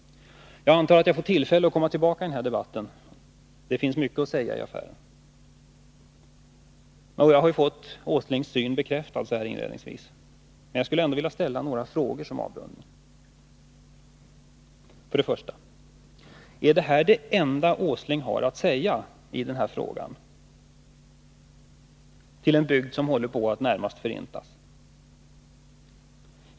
Jag antar att jag får tillfälle att komma tillbaka i denna debatt — det finns mycket att säga i affären. Inledningsvis har jag fått Nils Åslings syn bekräftad, men jag vill som avrundning ställa några frågor. Ärdetta det enda Nils Åsling har att säga till en bygd som närmast håller på att förintas?